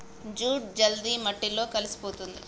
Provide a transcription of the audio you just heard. jute జల్ది మట్టిలో కలిసిపోతుంది